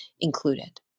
included